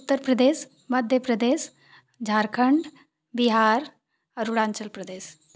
Uttar Pradesh Madhya Pradesh Jharkhand Bihar Arunachal Pradesh